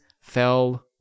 fell